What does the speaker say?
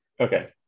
Okay